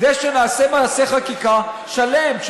כדי שנעשה מעשה חקיקה שלם,